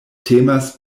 temas